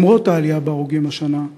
למרות העלייה בהרוגים השנה,